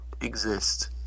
exist